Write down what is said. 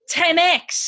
10x